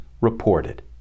reported